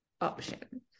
option